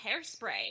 Hairspray